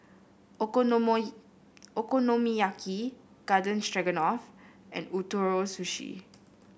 Okonomiyaki Garden Stroganoff and Ootoro Sushi